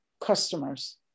customers